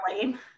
lame